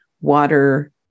water